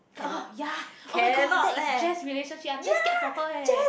oh ya oh-my-god that is Jess relationship I'm damn scared for her eh